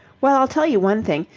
well, i'll tell you one thing.